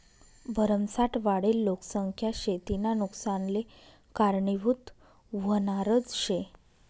भरमसाठ वाढेल लोकसंख्या शेतीना नुकसानले कारनीभूत व्हनारज शे